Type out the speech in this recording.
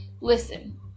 Listen